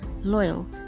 loyal